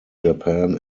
japan